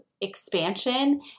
Expansion